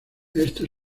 éste